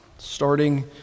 Starting